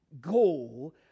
goal